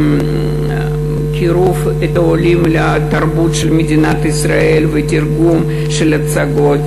קירוב העולים לתרבות של מדינת ישראל ותרגום של הצגות